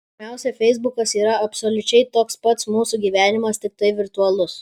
pirmiausia feisbukas yra absoliučiai toks pats mūsų gyvenimas tiktai virtualus